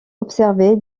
observer